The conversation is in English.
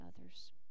others